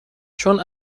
چون